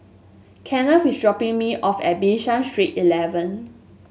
Kenneth is dropping me off at Bishan Street Eleven